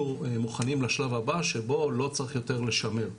מוכנים לשלב הבא שבו לא צריך יותר לשמר.